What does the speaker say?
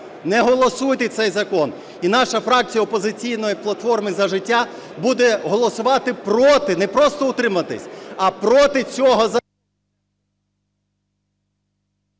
Не голосуйте цей закон. І наша фракція "Опозиційна платформа - За життя" буде голосувати проти, не просто утриматись, а проти цього…